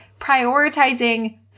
prioritizing